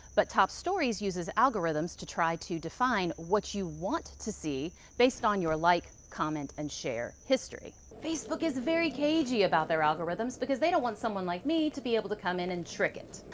but top stories uses algorithms to try to define what you want to see based on your like comment and share history. facebook is very cagey about their algorithms because they don't want someone like me to be able to come in and trick it.